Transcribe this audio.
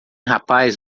rapaz